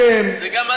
זה גם אתה,